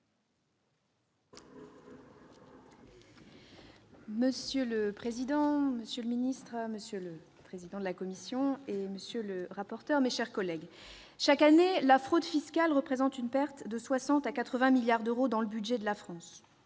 Monsieur le président, monsieur le secrétaire d'État, monsieur le vice-président de la commission, monsieur le rapporteur, mes chers collègues, chaque année, la fraude fiscale représente une perte de 60 à 80 milliards d'euros pour le budget de la France.